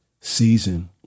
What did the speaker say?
season—